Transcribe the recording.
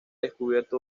descubierto